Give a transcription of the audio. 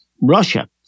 Russia